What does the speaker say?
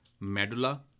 medulla